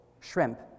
shrimp